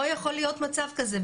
לא יכול להיות מצב כזה.